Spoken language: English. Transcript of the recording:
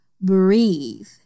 breathe